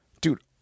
Dude